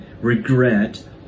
regret